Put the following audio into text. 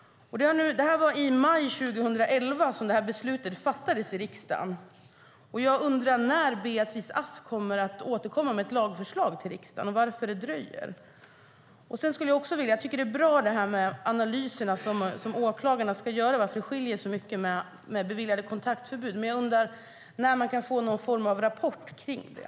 Det var i maj 2011 som beslutet fattades i riksdagen. Jag undrar när Beatrice Ask kommer att återkomma med ett lagförslag till riksdagen och varför det dröjer. Jag tycker att de analyser åklagarna ska göra av varför det skiljer sig så mycket åt när det gäller beviljade kontaktförbud är bra, men jag undrar när man kan få någon form av rapport kring det.